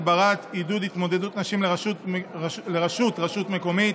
הגברת עידוד התמודדות נשים לראשות רשות מקומית